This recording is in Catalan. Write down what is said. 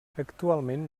actualment